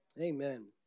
Amen